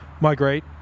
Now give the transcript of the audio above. migrate